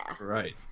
Right